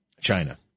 China